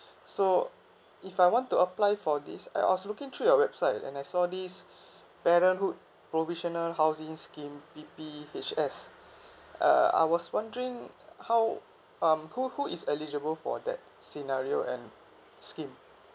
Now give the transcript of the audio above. so if I want to apply for this I also looking through your website and I saw this parenthood provisional housing scheme P_P_H_S uh I was wondering how um who who is eligible for that scenario and scheme